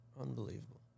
Unbelievable